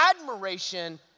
admiration